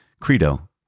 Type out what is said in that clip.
credo